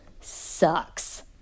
sucks